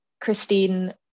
Christine